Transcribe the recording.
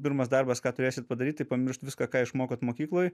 pirmas darbas ką turėsit padaryt tai pamiršt viską ką išmokot mokykloj